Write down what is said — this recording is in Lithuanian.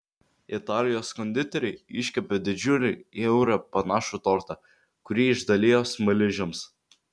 italijos konditeriai iškepė didžiulį į eurą panašų tortą kurį išdalijo smaližiams